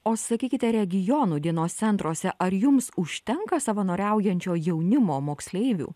o sakykite regionų dienos centruose ar jums užtenka savanoriaujančio jaunimo moksleivių